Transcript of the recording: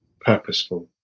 purposeful